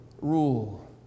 rule